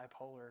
bipolar